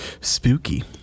Spooky